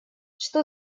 что